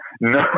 No